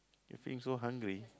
you feeling so hungry